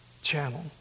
channel